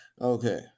Okay